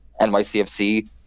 NYCFC